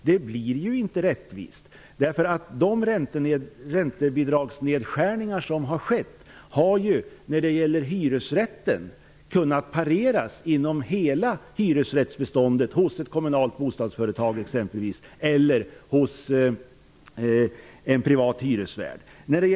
Det blir ju inte rättvist, eftersom de räntebidragsnedskärningar som har skett har ju när det gäller hyresrätter kunnat pareras inom hela hyresrättsbeståndet hos exempelvis ett kommunalt bostadsföretag eller en privat hyresvärd.